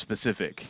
specific